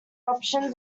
options